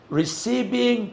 receiving